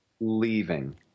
leaving